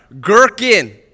gherkin